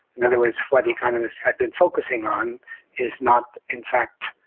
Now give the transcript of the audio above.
in other words, what economists have been focusing on is not in fact